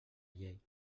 llei